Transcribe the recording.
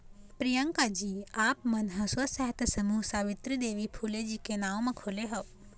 प्रियंकाजी आप मन ह स्व सहायता समूह सावित्री देवी फूले जी के नांव म खोले हव